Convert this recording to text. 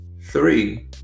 Three